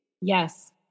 Yes